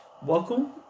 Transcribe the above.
Welcome